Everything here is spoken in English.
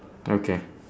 okay